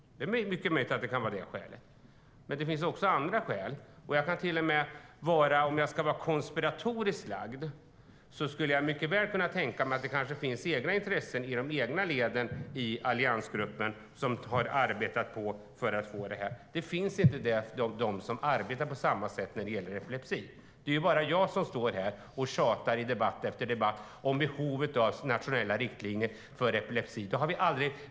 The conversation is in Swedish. Det är mycket möjligt att det kan vara skälet. Men det finns också andra skäl. Om jag ska vara konspiratoriskt lagd skulle jag mycket väl kunna tänka mig att det kanske finns de med egna intressen i alliansgruppens egna led som har arbetat för att få det här. Det finns inga som arbetar på samma sätt när det gäller epilepsi. Det är bara jag som står här och tjatar i debatt efter debatt om behovet av nationella riktlinjer för epilepsi.